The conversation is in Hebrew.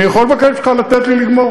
אני יכול לבקש ממך לתת לי לגמור?